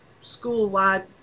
school-wide